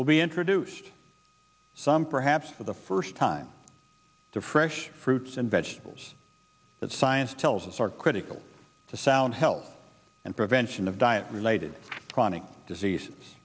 will be introduced some perhaps for the first time the fresh fruits and vegetables that science tells us are critical to sound health and prevention of diet related